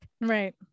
Right